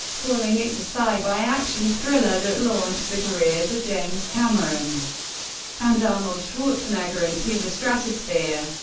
calling it the sci-fi action-thriller that launched the careers of james cameron and arnold schwarzenegger into the stratosphere.